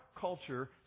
culture